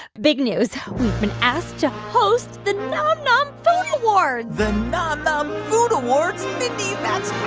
big news we've been asked to host the nom nom food awards the nom nom food awards? mindy, that's